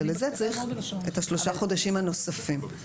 ולזה צריך את שלושת החודשים הנוספים.